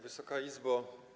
Wysoka Izbo!